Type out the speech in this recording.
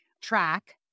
track